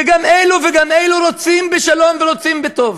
וגם אלו וגם אלו רוצים בשלום ורוצים בטוב.